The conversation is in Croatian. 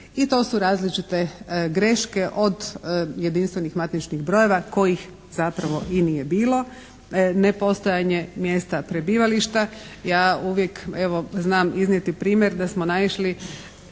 i to su različite greške, od jedinstvenih matičnih brojeva kojih zapravo i nije bilo, nepostojanje mjesta prebivališta. Ja uvijek evo znam iznijeti primjer da smo naišli